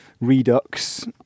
redux